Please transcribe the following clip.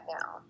now